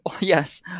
yes